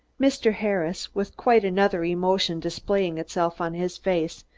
mr. harris, with quite another emotion displaying itself on his face,